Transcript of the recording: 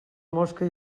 mosca